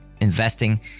investing